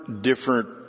different